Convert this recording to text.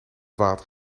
water